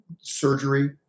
surgery